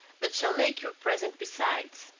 but shall make you a present besides.